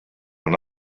and